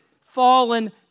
fallen